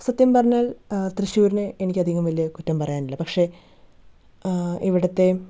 സത്യം പറഞ്ഞാൽ തൃശ്ശൂരിനെ എനിക്കധികം വലിയ കുറ്റം പറയാനില്ല പക്ഷെ ഇവിടുത്തെ